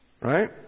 Right